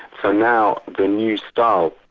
so now the new style,